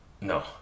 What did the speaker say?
No